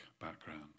background